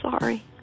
sorry